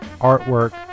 artwork